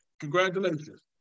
congratulations